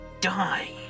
die